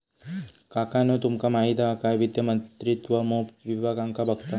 काकानु तुमका माहित हा काय वित्त मंत्रित्व मोप विभागांका बघता